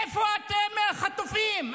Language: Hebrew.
איפה אתם עם החטופים?